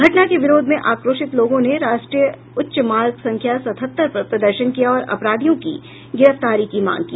घटना के विरोध में आक्रोशित लोगों ने राष्ट्रीय उच्च मार्ग संख्या सतहत्तर पर प्रदर्शन किया और अपराधियों की गिरफ्तारी की मांग की